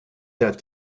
that